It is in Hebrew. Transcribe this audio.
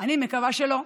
אני מקווה שלא,